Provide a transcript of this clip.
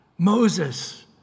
Moses